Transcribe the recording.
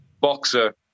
boxer